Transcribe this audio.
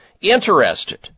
interested